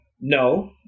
no